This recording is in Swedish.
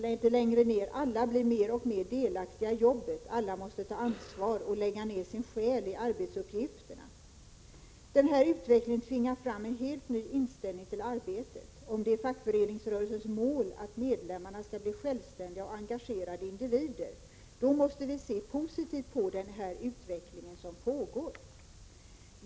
Vidare säger han: Alla blir mer och mer delaktiga i jobbet. Alla måste ta ansvar och lägga ned sin själ i arbetsuppgifterna. Den här utvecklingen tvingar fram en helt ny inställning till arbetet. Om det är fackföreningsrörelsens mål att medlemmarna skall bli självständiga och engagerade individer, måste vi se positivt på den utveckling som pågår.